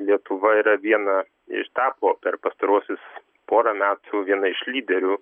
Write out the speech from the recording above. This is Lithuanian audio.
lietuva yra viena iš tapo per pastaruosius porą metų viena iš lyderių